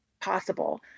possible